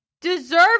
deserve